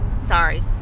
Sorry